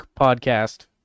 podcast